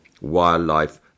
wildlife